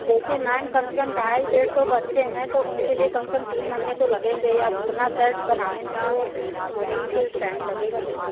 देखिए मैम कम से कम ढाई डेढ़ सौ बच्चे हैं तो उनके लिए कम से कम तीन महीने तो लगेंगे ही अब उतना शर्ट बनाने में तो पीस टाइम लगेगा ही